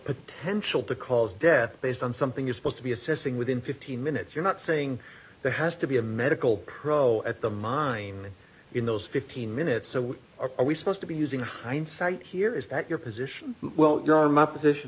potential to cause death based on something you're supposed to be assessing within fifteen minutes you're not saying there has to be a medical pro at the mine in those fifteen minutes so what are we supposed to be using hindsight here is that your position well you are my position